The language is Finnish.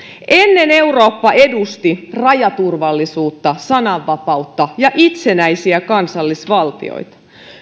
ennen eurooppa edusti rajaturvallisuutta sananvapautta ja itsenäisiä kansallisvaltioita